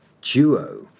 duo